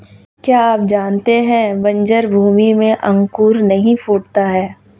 क्या आप जानते है बन्जर भूमि में अंकुर नहीं फूटता है?